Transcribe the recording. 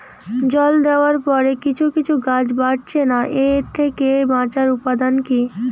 জল দেওয়ার পরে কিছু কিছু গাছ বাড়ছে না এর থেকে বাঁচার উপাদান কী?